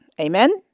amen